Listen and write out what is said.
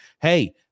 Hey